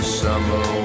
summer